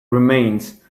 remains